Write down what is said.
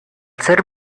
ser